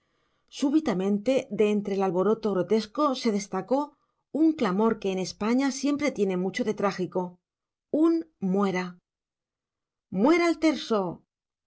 súbitamente de entre el alboroto grotesco se destacó un clamor que en españa siempre tiene mucho de trágico un muera muera el terso